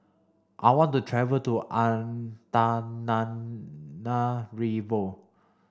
I want to travel to Antananarivo